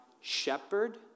shepherd